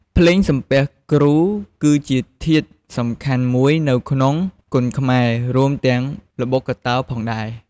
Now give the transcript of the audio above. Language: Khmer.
ភ្លេងសំពះគ្រូ គឺជាធាតុសំខាន់មួយនៅក្នុងគុនខ្មែរ រួមទាំងល្បុក្កតោផងដែរ។